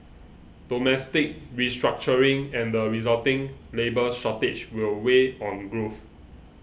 domestic restructuring and the resulting labour shortage will weigh on growth